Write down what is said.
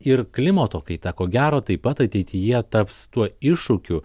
ir klimato kaita ko gero taip pat ateityje taps tuo iššūkiu